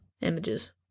Images